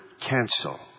cancel